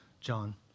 John